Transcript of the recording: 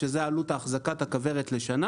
שזו עלות אחזקת הכוורת לשנה